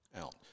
out